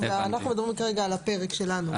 מדברים על הפרק שלנו.